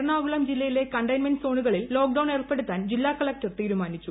എറണാകുളം ജില്ലയിലെ കണ്ടെയ്ൻമെന്റ് സോണുകളിൽ ലോക്ഡൌൺ ഏർപ്പെടു ത്താൻ ജില്ലാകളക്ടർ തീരുമാനിച്ചു